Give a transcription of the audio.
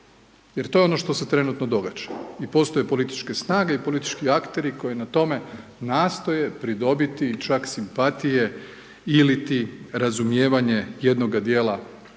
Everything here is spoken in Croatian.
Jer to je ono što se trenutno događa i postoje političke snage i politički akteri koji na tome nastoje pridobiti čak simpatije iliti razumijevanje jednoga dijela birača